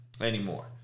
anymore